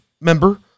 member